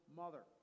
mother